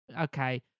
okay